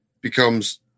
becomes